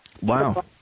Wow